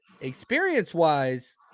experience-wise